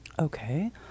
Okay